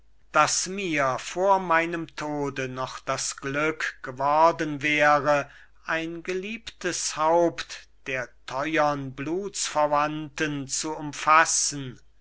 daß mir vor meinem tode noch das glück geworden wäre ein geliebtes haupt der teuern blutsverwandten zu umfassen